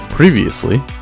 Previously